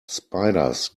spiders